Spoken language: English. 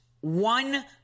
one